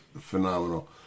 phenomenal